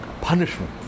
punishment